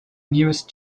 newest